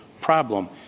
problem